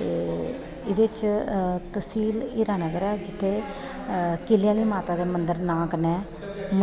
ते एह्दे च तसील हीरानगर ऐ जित्थें किलें आह्ली माता दे मंदर नांऽ कन्नै